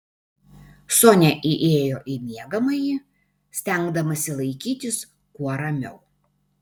sonia įėjo į miegamąjį stengdamasi laikytis kuo ramiau